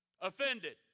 offended